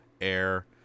air